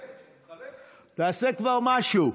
אז תתפטר ונעשה, תעשה כבר משהו.